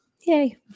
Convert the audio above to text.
Yay